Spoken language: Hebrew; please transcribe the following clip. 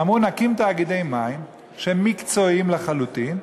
אמרו, נקים תאגידי מים, שהם מקצועיים לחלוטין,